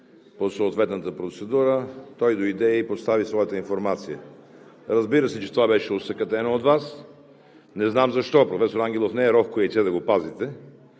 по съответната процедура. Той дойде и постави своята информация. Разбира се, че това беше осакатено от Вас – не знам защо, професор Ангелов не е рохко яйце да го пазите.